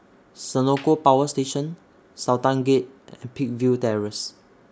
Senoko Power Station Sultan Gate and Peakville Terrace